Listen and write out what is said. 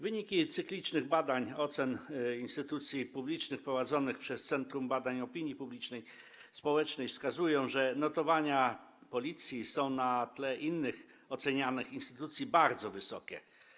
Wyniki cyklicznych badań ocen instytucji publicznych prowadzonych przez Centrum Badań Opinii Społecznej wskazują, że notowania Policji są na tle innych ocenianych instytucji bardzo wysokie.